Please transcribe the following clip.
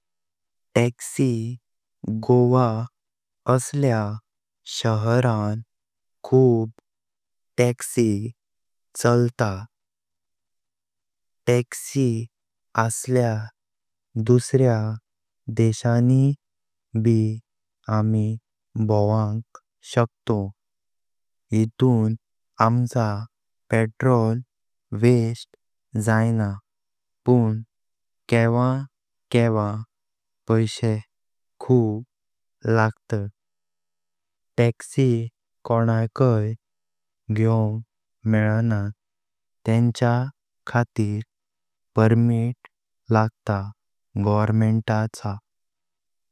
टॅक्सी गोवा असल्या शहरां खूप टॅक्सी चालता। टॅक्सी असल्यार दुसऱ्या देशानी ब आम्ही भवोवांग शकतोव। येतून आमचा पेट्रोल वेस्टे जाइनं पण केव्हा केव्हा पैशे खूप लागतात। टॅक्सी कोणाकाय घ्योवंग मेलानान तेच्या खातीर परमिट लागत गवरमेंट चा।